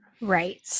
Right